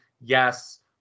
yes